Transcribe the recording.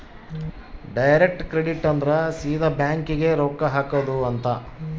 direct credit ಅಂದ್ರ ಸೀದಾ bank ಗೇ ರೊಕ್ಕ ಹಾಕೊಧ್ ಅಂತ